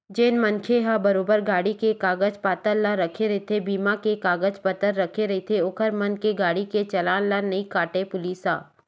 जेन मनखे मन ह बरोबर गाड़ी के कागज पतर ला रखे रहिथे बीमा के कागज पतर रखे रहिथे ओखर मन के गाड़ी के चलान ला नइ काटय पुलिस ह